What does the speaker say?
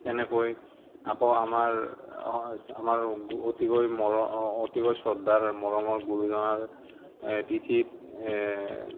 তেনেকৈ আকৌ আমাৰ আমাৰ অতিকৈ মৰ অতিকৈ শ্ৰদ্ধাৰ মৰমৰ গুৰুজনাৰ তিথিত